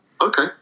Okay